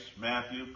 Matthew